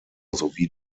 sowie